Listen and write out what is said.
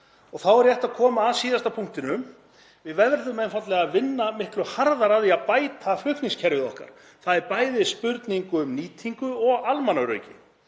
Þá er rétt að koma að síðasta punktinum. Við verðum einfaldlega að vinna miklu harðar að því að bæta flutningskerfið okkar. Það er bæði spurning um nýtingu og almannaöryggi.